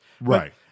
Right